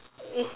it's